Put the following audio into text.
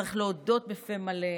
צריך להודות בפה מלא: